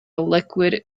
liquid